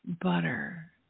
butter